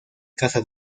casa